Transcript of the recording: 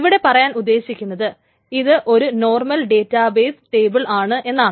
ഇവിടെ പറയാൻ ഉദ്ദേശിക്കുന്നത് ഇത് ഒരു നോർമൽ ഡേറ്റാബേസ് ടേബിൾ ആണ് എന്നാണ്